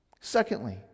Secondly